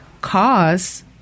cause